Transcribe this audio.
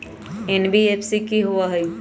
NBFC कि होअ हई?